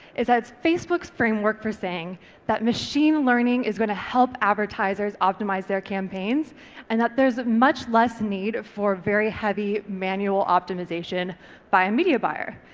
is that it's facebook's framework for saying that machine learning is going to help advertisers optimise their campaigns and that there's much less need for very heavy manual optimisation by a media buyer.